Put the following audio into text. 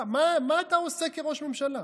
מה אתה עושה כראש ממשלה?